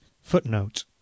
Footnote